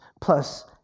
plus